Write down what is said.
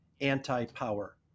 anti-power